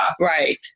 Right